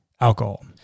alcohol